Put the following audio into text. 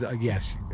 yes